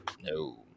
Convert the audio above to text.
no